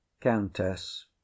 countess